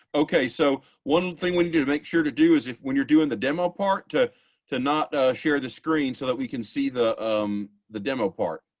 okay, so one thing we can do to make sure to do is if when you're doing the demo part to to not share the screen so that we can see the um the demo part.